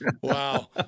wow